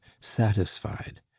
satisfied